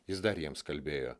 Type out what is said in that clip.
jis dar jiems kalbėjo